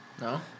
No